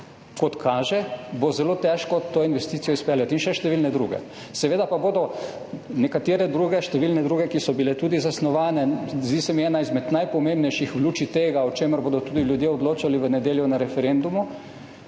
kot kaže, bo zelo težko to investicijo izpeljati, in še številne druge. Seveda pa bodo nekatere druge, številne druge, ki so bile tudi zasnovane. Ena izmed najpomembnejših v luči tega, o čemer bodo tudi ljudje odločali v nedeljo na referendumu,